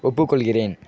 ஒப்புக்கொள்கிறேன்